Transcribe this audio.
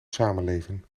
samenleven